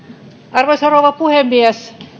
arvoisa rouva puhemies